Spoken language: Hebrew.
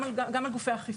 גם על גופי האכיפה.